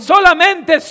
Solamente